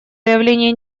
заявления